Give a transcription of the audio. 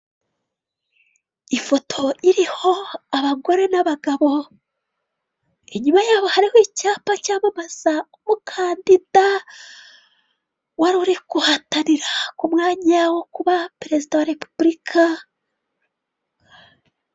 Ifoto iriho abagore n'abagabo inyuma yabo hariho icyapa cyamamaza umukandida wari uri guhatanira ku umwanya wo kuba perezida wa repubulika.